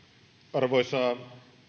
arvoisa